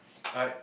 like